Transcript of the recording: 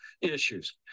issues